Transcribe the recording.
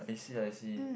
I see I see